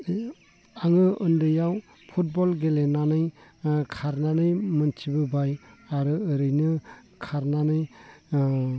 आङो उन्दैयाव फुटबल गेलेनानै खारनानै मोन्थिबोबाय आरो ओरैनो खारनानै